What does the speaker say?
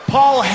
Paul